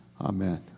Amen